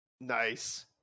Nice